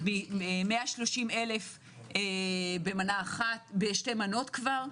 130,000 בשתי מנות כבר,